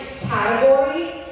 Categories